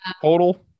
total